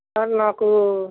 sir నాకు